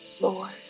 Lord